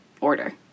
order